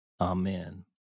amen